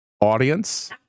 audience